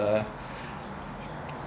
uh